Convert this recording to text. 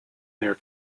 their